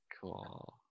Cool